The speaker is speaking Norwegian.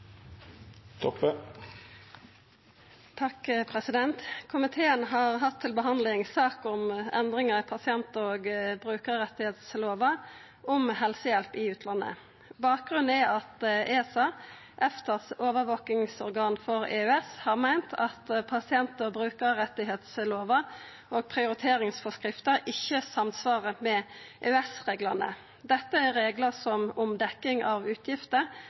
Komiteen har hatt til behandling sak om endringar i pasient- og brukarrettslova om helsehjelp i utlandet. Bakgrunnen er at ESA, EFTAs overvakingsorgan for EØS, har meint at pasient- og brukarrettslova og prioriteringsforskrifta ikkje samsvarar med EØS-reglane. Dette er reglar om dekning av utgifter